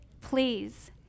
Please